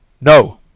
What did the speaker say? no